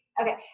Okay